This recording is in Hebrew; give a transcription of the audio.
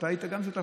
וגם אתה היית שותף,